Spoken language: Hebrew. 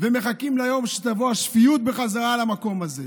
ומחכים ליום שתבוא השפיות בחזרה למקום הזה.